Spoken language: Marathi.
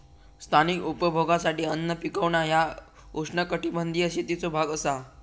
स्थानिक उपभोगासाठी अन्न पिकवणा ह्या उष्णकटिबंधीय शेतीचो भाग असा